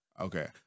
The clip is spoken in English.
Okay